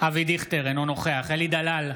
אבי דיכטר, אינו נוכח אלי דלל,